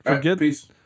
peace